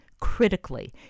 critically